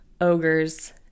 ogres